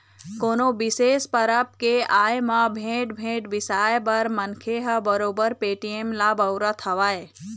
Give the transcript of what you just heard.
कोनो बिसेस परब के आय म भेंट, भेंट बिसाए बर मनखे ह बरोबर पेटीएम ल बउरत हवय